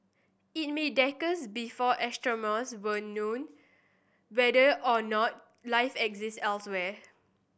it may decades before astronomers will know whether or not life exist elsewhere